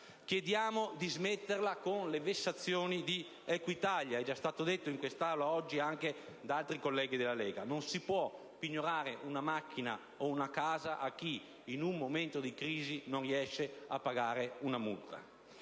Chiediamo di smetterla con le vessazioni di Equitalia: come è già stato detto in quest'Aula da altri colleghi della Lega, non si può pignorare un'automobile o una casa a chi, in un momento di crisi, non riesce a pagare una multa.